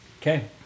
okay